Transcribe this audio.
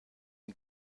him